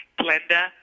Glenda